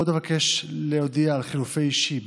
עוד אבקש להודיע על חילופי אישים